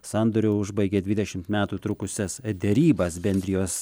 sandoriu užbaigė dvidešimt metų trukusias derybas bendrijos